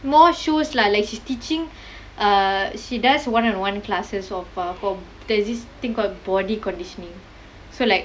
more shows lah like she's teaching uh she does one on one classes of uh for there's this thing called body conditioning so like